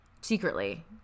Secretly